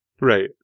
Right